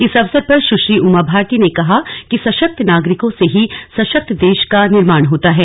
इस अवसर पर सुश्री उमा भारती ने कहा कि सशक्त नागरिकों से ही सशक्त देश का निर्माण होता है